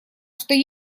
что